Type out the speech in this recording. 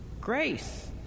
grace